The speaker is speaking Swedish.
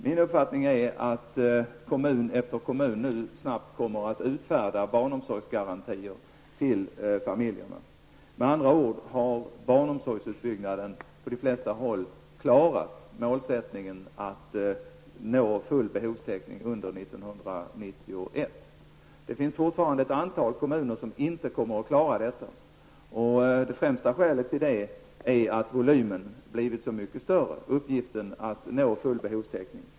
Min uppfattning är att kommun efter kommun snabbt kommer att utfärda barnomsorgsgarantier till familjerna. Med andra ord har man på de flesta håll klarat målsättningen att nå full behovstäckning under 1991. Det finns fortfarande ett antal kommuner som inte kommer att klara detta. Det främsta skälet till det är att volymen blivit så mycket större, uppgiften att nå full behovstäckning.